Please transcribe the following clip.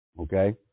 Okay